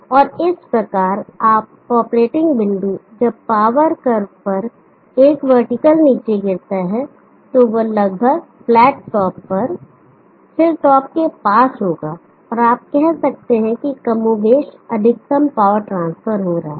और इस प्रकार ऑपरेटिंग बिंदु जब पावर कर्व पर एक वर्टिकल नीचे गिरता है तो वह लगभग फ्लैट टॉप पर हिंल के टॉप के पास होगा और आप कह सकते हैं कि कमोबेशअधिकतम पावर ट्रांसफर हो रहा है